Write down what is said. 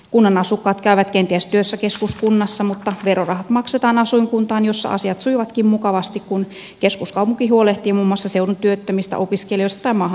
kunnan asukkaat käyvät kenties työssä keskuskunnassa mutta verorahat maksetaan asuinkuntaan jossa asiat sujuvatkin mukavasti kun keskuskaupunki huolehtii muun muassa seudun työttömistä opiskelijoista tai maahanmuuttajista